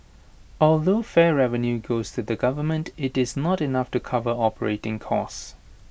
although fare revenue goes to the government IT is not enough to cover operating costs